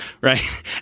right